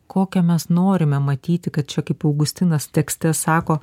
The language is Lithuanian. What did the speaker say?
kokią mes norime matyti kad čia kaip augustinas tekste sako